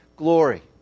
glory